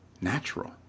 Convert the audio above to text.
natural